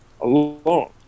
alone